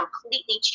completely